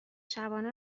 شبانه